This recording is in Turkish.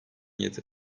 yedi